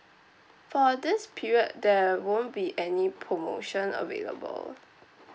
for this period there won't be any promotion available